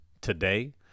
today